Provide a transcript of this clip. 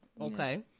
Okay